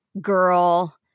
girl